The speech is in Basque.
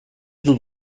dut